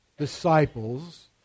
disciples